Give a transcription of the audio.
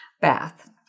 bath